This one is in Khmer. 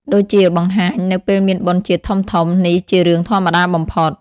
ដូចជាបង្ហាញនៅពេលមានបុណ្យជាតិធំៗ នេះជារឿងធម្មតាបំផុត។